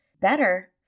better